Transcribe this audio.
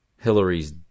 Hillary's